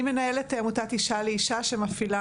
אני מנהלת עמותת "אישה לאישה" שמפעילה